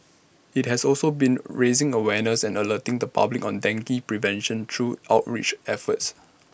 IT has also been raising awareness and alerting the public on dengue prevention through outreach efforts